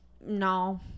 no